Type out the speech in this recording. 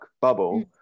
bubble